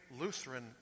Lutheran